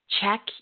Check